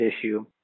issue